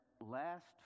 last